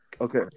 Okay